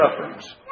sufferings